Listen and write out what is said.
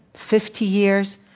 fifty years?